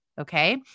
Okay